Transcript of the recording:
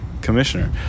commissioner